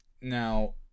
Now